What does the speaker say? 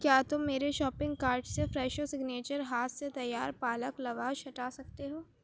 کیا تم میری شاپنگ کارٹ سے فریشو سیگنیچر ہاتھ سے تیار پالک لواش ہٹا سکتے ہو